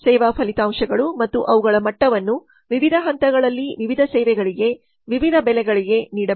ಸೇವಾ ಫಲಿತಾಂಶಗಳು ಮತ್ತು ಅವುಗಳ ಮಟ್ಟವನ್ನು ವಿವಿಧ ಹಂತಗಳಲ್ಲಿ ವಿವಿಧ ಸೇವೆಗಳಿಗೆ ವಿವಿಧ ಬೆಲೆಗಳಿಗೆ ನೀಡಬಹುದು